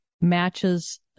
matches